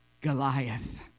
Goliath